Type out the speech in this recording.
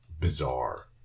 bizarre